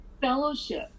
fellowship